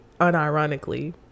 unironically